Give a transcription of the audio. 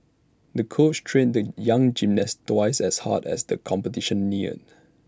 the coach trained the young gymnast twice as hard as the competition neared